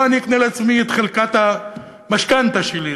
אני אקנה לעצמי את חלקת המשכנתה שלי,